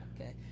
Okay